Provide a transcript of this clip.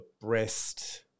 breast